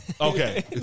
okay